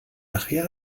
nachher